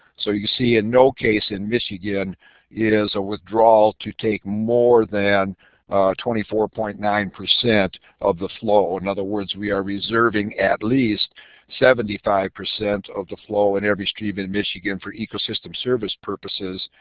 so you see in no case in michigan is a withdrawal to take more than twenty four point nine percent of the flow. in other words, we are reserving at least seventy five percent of the flow in every stream in michigan for ecosystem service purposes.